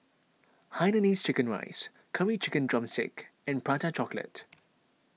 Hainanese Chicken Rice Curry Chicken Drumstick and Prata Chocolate